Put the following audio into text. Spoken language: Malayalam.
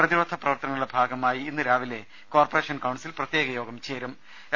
പ്രതിരോധ പ്രവർത്തനങ്ങളുടെ ഭാഗമായി ഇന്ന് രാവിലെ കോർപ്പറേഷൻ കൌൺസിൽ പ്രത്യേക യോഗം ചേരു ന്നുണ്ട്